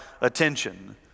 attention